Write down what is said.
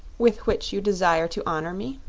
with which you desire to honor me?